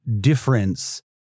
difference